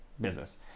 business